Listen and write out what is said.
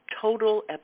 total